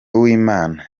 uwimana